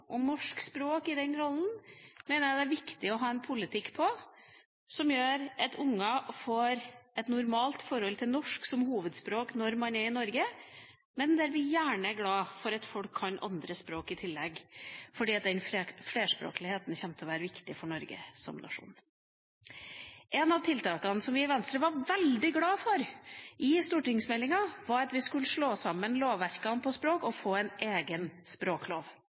og norsk språk i den rollen, mener jeg det er viktig å ha en politikk på, som gjør at unger får et normalt forhold til norsk som hovedspråk når man er i Norge, men der vi gjerne er glad for at folk kan andre språk i tillegg, fordi flerspråkligheten kommer til å være viktig for Norge som nasjon. Et av tiltakene som vi i Venstre var veldig glad for i stortingsmeldinga, var at vi skulle slå sammen lovverkene for språk og få en egen språklov.